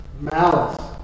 malice